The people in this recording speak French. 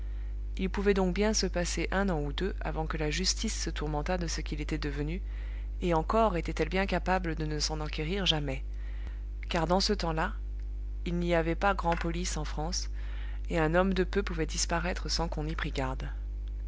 il pouvait donc bien se passer un an ou deux avant que la justice se tourmentât de ce qu'il était devenu et encore était-elle bien capable de ne s'en enquérir jamais car dans ce temps-là il n'y avait pas grand'police en france et un homme de peu pouvait disparaître sans qu'on y